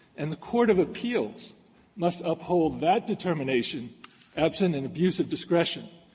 and the court of appeals must uphold that determination absent an abuse of discretion,